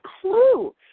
clue